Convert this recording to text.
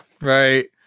Right